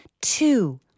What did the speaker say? two